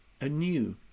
anew